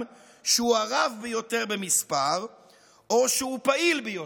שהוא הרב ביותר במספר או שהוא פעיל ביותר,